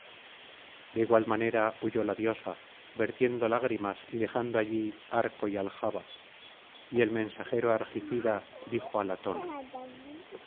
de igual manera huyó la diosa vertiendo lágrimas y dejando allí arco y aljaba y el mensajero argicida dijo á latona